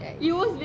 yikes